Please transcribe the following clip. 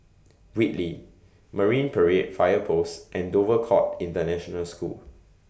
Whitley Marine Parade Fire Post and Dover Court International School